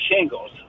shingles